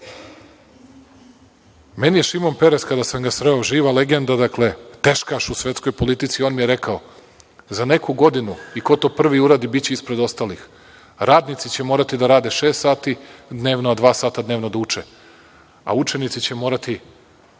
je Šimon Perez, kada sam ga sreo, živa legenda dakle, teškaš u svetskoj politici, on mi je rekao - za neku godinu i ko to prvi uradi, biće ispred ostalih. Radnici će morati da rade šest sati dnevno, a dva sata dnevno da uče, a učenici će morati